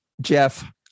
Jeff